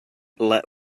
let